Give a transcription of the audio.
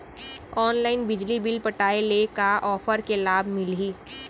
Online बिजली bill पटाय ले का का ऑफ़र के लाभ मिलही?